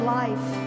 life